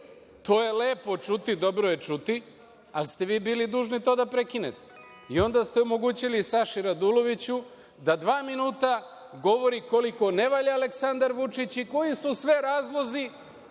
To je lepo čuti, dobro je čuti, ali ste vi bili dužni to da prekinete i onda ste omogućili i Saši Raduloviću da dva minuta govori koliko ne valja Aleksandar Vučić i koji su sve razlozi